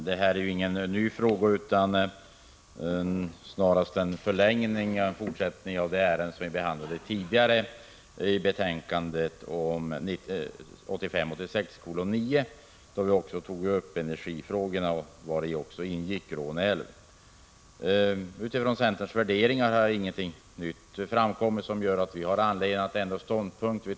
Herr talman! Detta är ingen ny fråga utan snarast en förlängning av det ärende som vi behandlade tidigare i anslutning till betänkandet 1985/86:9 då vi också tog upp energifrågor och frågan om vattenkraftsutbyggnad i Råneälven. Utifrån centerns värderingar har ingenting nytt framkommit som gör att vi har anledning att ändra ståndpunkt.